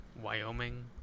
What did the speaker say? Wyoming